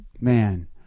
man